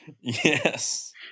Yes